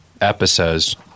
episodes